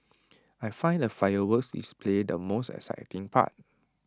I find the fireworks display the most exciting part